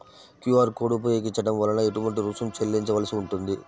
QR code ఉపయోగించటం వలన ఏటువంటి రుసుం చెల్లించవలసి ఉంటుంది?